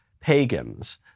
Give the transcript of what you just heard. pagans